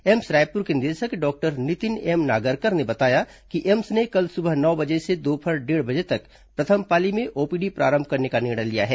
AIIMS Raipur के निदेशक doctor Nitin M Nagarkar ने बताया कि एम्स ने कल सुबह नौ बजे से दोपहर डेढ़ बजे तक प्रथम पाली में ओपीडी प्रारंभ करने का निर्णय लिया है